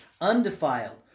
undefiled